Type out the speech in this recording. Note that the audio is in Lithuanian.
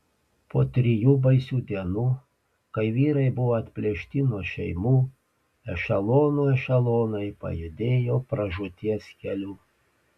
po trijų baisių dienų kai vyrai buvo atplėšti nuo šeimų ešelonų ešelonai pajudėjo pražūties keliu